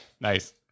Nice